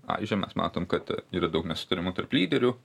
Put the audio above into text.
aiži mes matom kad yra daug nesutarimų tarp lyderių